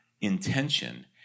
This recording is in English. intention